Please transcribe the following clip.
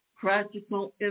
practical